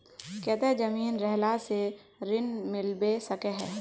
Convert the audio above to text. केते जमीन रहला से ऋण मिलबे सके है?